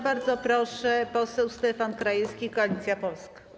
Bardzo proszę, poseł Stefan Krajewski, Koalicja Polska.